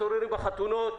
הסוררים בחתונות,